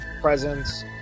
presence